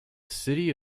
city